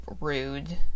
rude